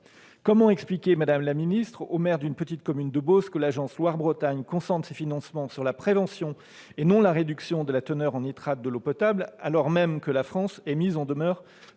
comment expliquer au maire d'une petite commune de Beauce que l'agence Loire-Bretagne concentre ses financements sur la prévention et non sur la réduction de la teneur en nitrate de l'eau potable, alors que la France est mise en demeure